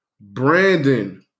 Brandon